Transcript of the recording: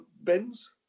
Benz